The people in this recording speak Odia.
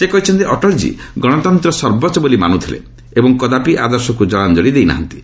ସେ କହିଛନ୍ତି ଅଟଳଜୀ ଗଣତନ୍ତ୍ର ସର୍ବୋଚ୍ଚ ବୋଲି ମାନୁଥିଲେ ଏବଂ କଦାପି ଆଦର୍ଶକୁ ଜଳାଞ୍ଚଳି ଦେଇନାହାନ୍ତି